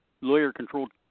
lawyer-controlled